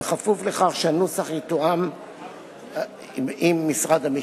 בכפוף לכך שהנוסח יתואם עם משרד המשפטים.